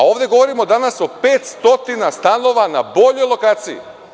Ovde govorimo danas o 500 stanova na boljoj lokaciji.